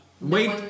wait